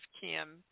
Kim